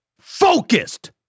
focused